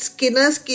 Skinner's